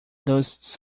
those